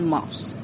Mouse